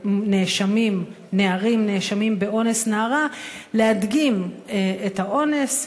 נערים הנאשמים באונס נערה להדגים את האונס.